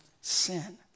sin